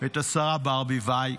את השרה ברביבאי.